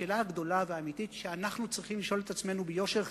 השאלה הגדולה והאמיתית שאנחנו צריכים לשאול את עצמנו ביושר,